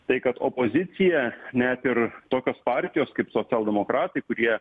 tai kad opozicija net ir tokios partijos kaip socialdemokratai kurie